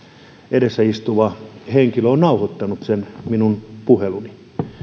edessä istuva henkilö on nauhoittanut sen minun puheluni